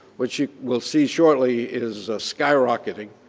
which you will see shortly, is skyrocketing,